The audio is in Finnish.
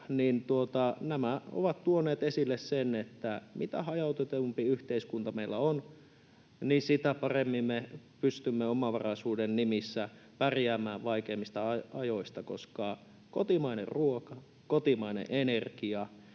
nämä ovat tuoneet esille sen, että mitä hajautetumpi yhteiskunta meillä on, sitä paremmin me pystymme omavaraisuuden nimissä pärjäämään vaikeimmista ajoista, koska kotimainen ruoka, kotimainen energia